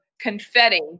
confetti